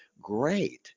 great